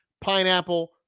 Pineapple